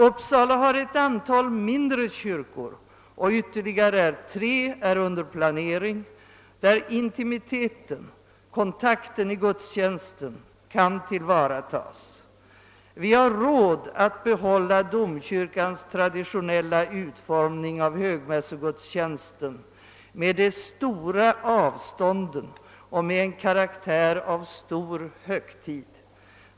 Uppsala har ett antal mindre kyrkor, och ytterligare tre är under planering, där intimiteten, kontakten i gudstjänsten, kan tillvaratas. Vi har råd att behålla domkyrkans traditionella utformning av högmässogudstjänsten med de stora avstånden och med en karaktär av stor högtid.